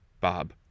Bob